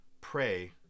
pray